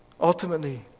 ultimately